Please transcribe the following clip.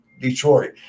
Detroit